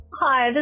Hi